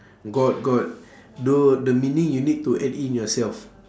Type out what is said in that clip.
got got though the meaning you need to add in yourself